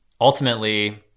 ultimately